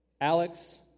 Alex